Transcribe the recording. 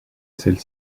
celle